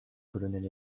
colonel